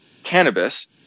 Cannabis